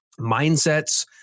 mindsets